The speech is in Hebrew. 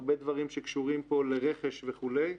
הרבה דברים שקשורים פה לרכש וכולי,